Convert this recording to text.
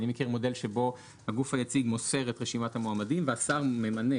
אני מכיר מודל שבו הגוף היציג מוסר את רשימת המועמדים והשר ממנה.